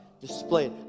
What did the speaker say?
displayed